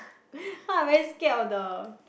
cause I very scared of the